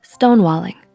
stonewalling